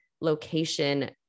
location